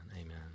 amen